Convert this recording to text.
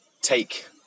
take